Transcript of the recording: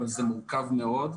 אבל זה מורכב מאוד,